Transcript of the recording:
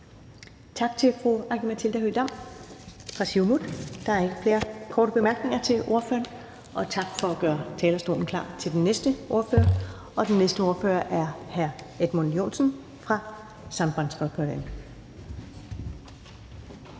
Tak til fru Aki-Matilda Høegh-Dam fra Siumut. Der er ikke flere korte bemærkninger til partilederen. Tak for at gøre talerstolen klar til den næste partileder, og det er hr. Edmund Joensen, Sambandsflokkurin.